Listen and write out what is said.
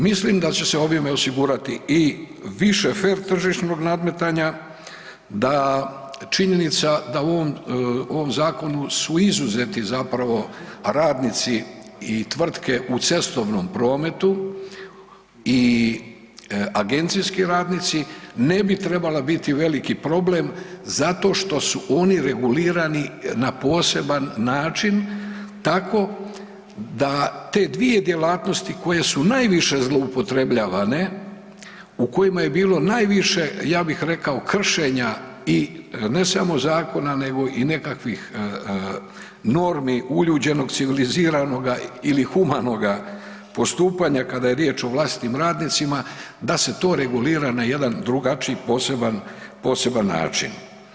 Mislim da će se ovime osigurati i više fer tržišnog nadmetanja, da činjenica da u ovom zakonu su izuzeti zapravo radnici i tvrtke u cestovnom prometu i agencijski radnici ne bi trebala biti veliki problem zato što su oni regulirani na poseban način tako da te dvije djelatnosti koje su najviše zloupotrebljavane, u kojima je bilo najviše ja bih rekao kršenja i ne samo zakona nego i nekakvih normi uljuđenog civiliziranog ili humanoga postupanja kada je riječ o vlastitim radnicima da se to regulira na jedan drugačiji, poseban, poseban način.